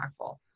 impactful